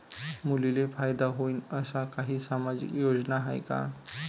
मुलींले फायदा होईन अशा काही सामाजिक योजना हाय का?